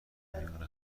میان